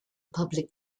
public